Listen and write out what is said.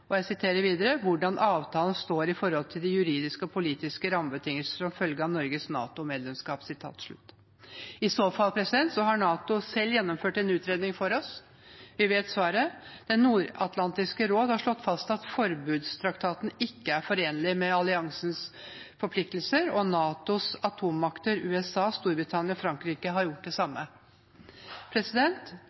og hvordan avtalen står i forhold til de juridiske og politiske rammebetingelsene som følger av Norges NATO-medlemskap». I så fall har NATO selv gjennomført en utredning for oss. Vi vet svaret. Det nordatlantiske råd har slått fast at forbudstraktaten ikke er forenlig med alliansens forpliktelser, og NATOs atommakter, USA, Storbritannia og Frankrike, har gjort det samme.